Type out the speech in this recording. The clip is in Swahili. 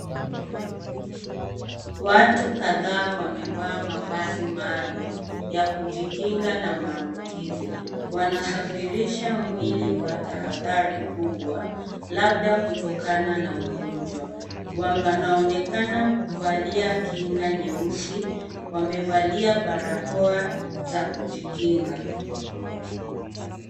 Watu kadhaa wamevaa mavazi maalum ya kujikinga na maambukizi. Wanasafirisha mwili kwa tahadhari kubwa, labda kutokana na magonjwa. Wamevalia barakoa za kujikinga.